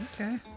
Okay